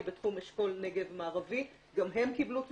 היא בתחום אשכול נגב מערבי, גם הם קיבלו תמיכה,